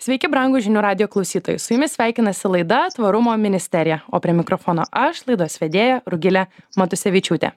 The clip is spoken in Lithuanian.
sveiki brangūs žinių radijo klausytojai su jumis sveikinasi laida tvarumo ministerija o prie mikrofono aš laidos vedėja rugilė matusevičiūtė